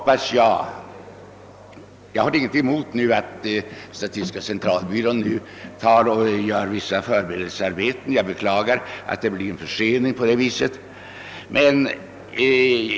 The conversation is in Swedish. Jag har ingenting emot att statistiska centralbyrån gör vissa förberedelsearbeten, även om jag beklagar att det blir en försening på det viset.